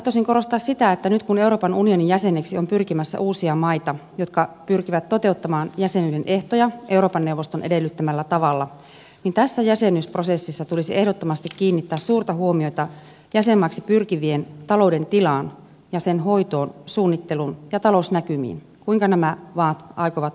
tahtoisin korostaa sitä että nyt kun euroopan unionin jäseneksi on pyrkimässä uusia maita jotka pyrkivät toteuttamaan jäsenyyden ehtoja euroopan neuvoston edellyttämällä tavalla niin tässä jäsenyysprosessissa tulisi ehdottomasti kiinnittää suurta huomiota jäsenmaiksi pyrkivien talouden tilaan ja sen hoitoon suunnitteluun ja talousnäkymiin kuinka nämä maat aikovat taloutensa hoitaa